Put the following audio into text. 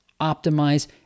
optimize